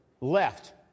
left